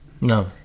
No